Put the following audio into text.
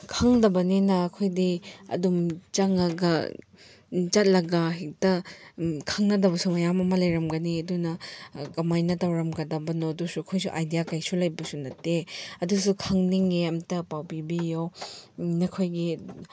ꯈꯪꯗꯕꯅꯤꯅ ꯑꯩꯈꯣꯏꯗꯤ ꯑꯗꯨꯝ ꯆꯪꯂꯒ ꯆꯠꯂꯒ ꯍꯦꯛꯇ ꯈꯪꯅꯗꯕꯁꯨ ꯃꯌꯥꯝ ꯑꯃ ꯂꯩꯔꯝꯒꯅꯤ ꯑꯗꯨꯅ ꯀꯃꯥꯏꯅ ꯇꯧꯔꯝꯒꯗꯕꯅꯣ ꯑꯗꯨꯁꯨ ꯑꯩꯈꯣꯏꯁꯨ ꯑꯥꯏꯗꯤꯌꯥ ꯀꯔꯤꯁꯨ ꯂꯕꯁꯨ ꯅꯠꯇꯦ ꯑꯗꯨꯁꯨ ꯈꯪꯅꯤꯡꯉꯦ ꯑꯝꯇ ꯄꯥꯎ ꯄꯤꯕꯤꯌꯣ ꯅꯈꯣꯏꯒꯤ